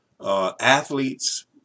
athletes